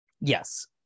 Yes